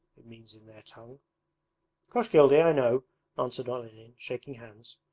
it means in their tongue koshkildy, i know answered olenin, shaking hands.